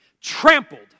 trampled